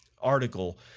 article